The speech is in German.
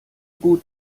gut